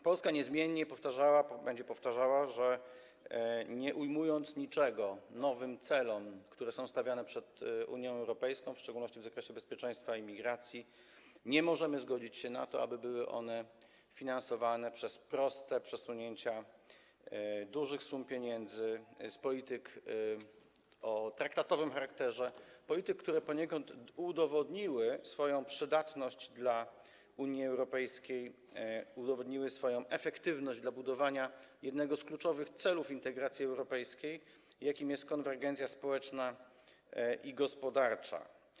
Polska niezmiennie powtarzała i będzie powtarzała, że nie ujmując niczego nowym celom, które są stawiane przed Unią Europejską, w szczególności w zakresie bezpieczeństwa i emigracji, nie możemy się zgodzić na to, aby były one finansowane przez proste przesunięcia dużych sum pieniędzy z polityk o charakterze traktatowym, polityk, które poniekąd udowodniły swoją przydatność dla Unii Europejskiej, udowodniły swoją efektywność w przypadku budowania jednego z kluczowych celów integracji europejskiej, jakim jest konwergencja społeczna i gospodarcza.